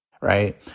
right